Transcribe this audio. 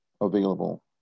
available